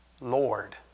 Lord